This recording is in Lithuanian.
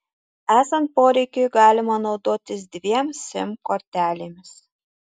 esant poreikiui galima naudotis dviem sim kortelėmis